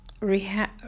rehab